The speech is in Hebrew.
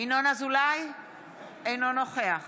אינו נוכח